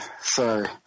Sorry